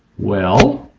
well?